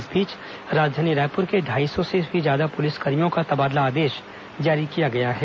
इस बीच राजधानी रायपुर के ढ़ाई सौ से भी ज्यादा पुलिसकर्मियों का तबादला आदेश जारी किया गया है